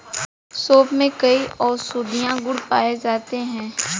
सोंफ में कई औषधीय गुण पाए जाते हैं